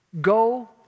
Go